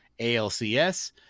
ALCS